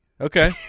Okay